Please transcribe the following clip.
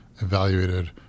evaluated